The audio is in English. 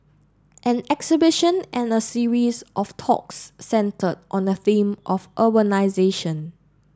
an exhibition and a series of talks centred on a theme of urbanisation